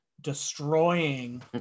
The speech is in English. destroying